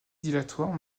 dilatoire